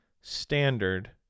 standard